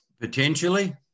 Potentially